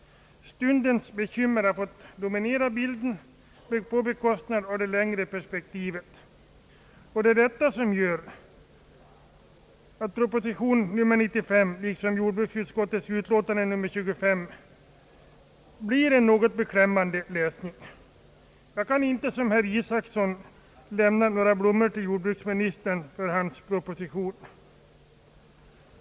Stundens bekymmer har fått dominera bilden på bekostnad av det längre perspektivet, och detta gör att proposition nr 95 liksom jordbruksutskottets utlåtande nr 25 blir en något beklämmande läsning. Jag kan inte som herr Isacson lämna några blommor till jordbruksministern för hans proposition.